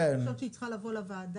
ואני חושבת שהיא צריכה לבוא לוועדה.